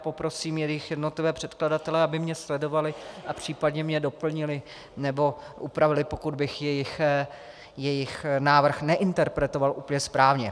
Poprosím jejich jednotlivé předkladatele, aby mě sledovali a případně mě doplnili nebo opravili, pokud bych jejich návrh neinterpretoval úplně správně.